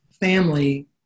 family